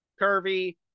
curvy